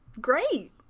Great